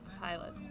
Pilot